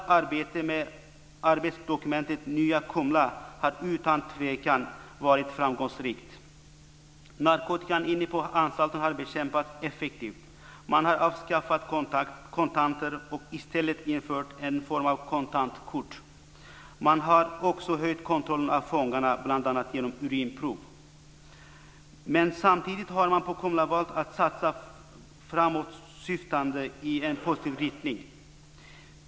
har utan tvivel varit framgångsrikt. Narkotikan inne på anstalten har bekämpats effektivt. Man har avskaffat kontanter och i stället infört en form av kontantkort. Man har också höjt kontrollen av fångarna, bl.a. Men samtidigt har man på Kumla valt att satsa framåtsyftande i en positiv riktning.